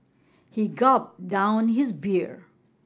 he gulped down his beer